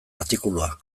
artikulua